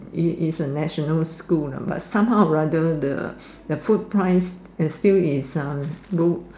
it is a national school lah but some how rather the food price is still is a